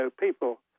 people